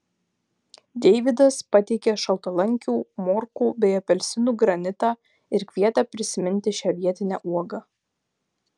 deivydas pateikė šaltalankių morkų bei apelsinų granitą ir kvietė prisiminti šią vietinę uogą